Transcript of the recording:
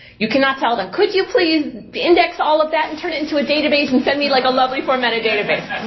you cannot tell them, could you please index all of that and turn it into a database and send me like a lovely formatted database.